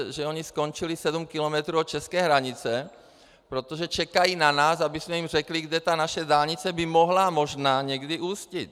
Že oni skončili sedm kilometrů od české hranice, protože čekají na nás, abychom jim řekli, kde ta naše dálnice by mohla možná někdy ústit.